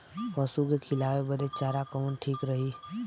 पशु के खिलावे बदे चारा कवन ठीक रही?